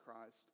Christ